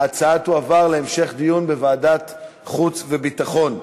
ההצעה תועבר להמשך דיון לוועדת החוץ והביטחון.